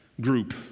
group